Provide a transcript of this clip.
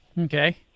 Okay